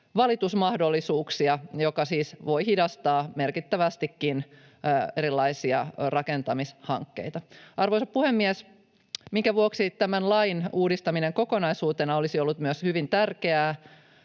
valitusmahdollisuuksia, mikä siis voi hidastaa merkittävästikin erilaisia rakentamishankkeita. Arvoisa puhemies! Se, minkä vuoksi myös tämän lain uudistaminen kokonaisuutena olisi ollut hyvin tärkeää,